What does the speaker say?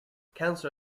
cancer